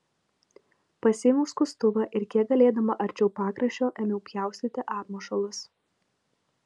pasiėmiau skustuvą ir kiek galėdama arčiau pakraščio ėmiau pjaustyti apmušalus